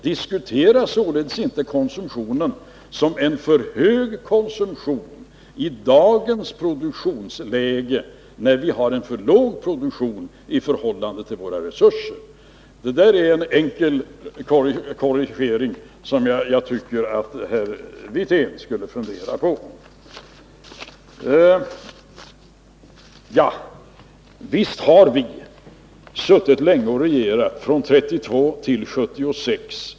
Diskutera således inte konsumtionen som en för hög konsumtion i dagens produktionsläge, när vi har en för låg produktion i förhållande till våra resurser. — Det där är en enkel korrigering, som jag tycker att herr Wirtén skulle fundera på. Visst har vi suttit länge och regerat — från 1932 till 1976.